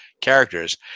characters